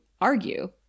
argue